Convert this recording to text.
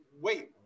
Wait